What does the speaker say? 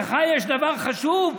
לך יש דבר חשוב?